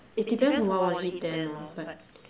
it depends what I would wanna eat then lor but